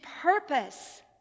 purpose